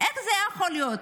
איך זה יכול להיות?